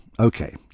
Okay